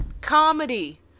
Comedy